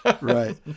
Right